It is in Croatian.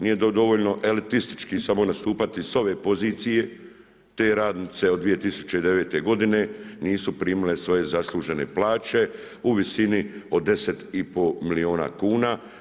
Nije dovoljno elitistički samo postupati s ove pozicije, te radnice od 2009. g. nisu primile svoje zaslužene plaće u visini od 10,5 milijuna kuna.